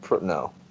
No